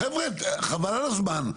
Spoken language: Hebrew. חבר'ה, חבל על הזמן.